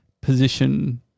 position –